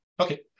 Okay